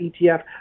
etf